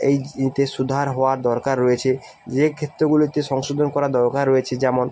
এই ইতে শুধার হওয়ার দরকার রয়েছে যে ক্ষেত্রগুলোতে সংশোধন করা দরকার রয়েছে যেমন